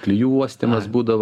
klijų uostymas būdavo